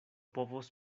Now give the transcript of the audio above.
povos